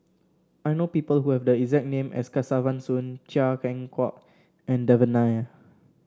I know people who have the exact name as Kesavan Soon Chia Keng Hock and Devan Nair